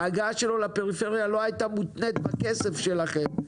ההגעה שלו לפריפריה לא הייתה מותנית בכסף שלכם.